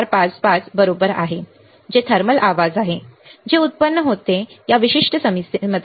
455 बरोबर आहे जे थर्मल आवाज आहे जे उत्पन्न होते या विशिष्ट समस्येमध्ये